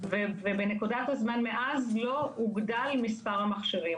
ובנקודת הזמן מאז לא הוגדל מספר המכשירים,